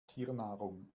tiernahrung